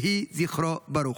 יהי זכרו ברוך.